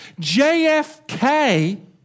JFK